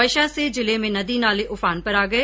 वर्षा से जिले में नदी नाले उफान पर आ गए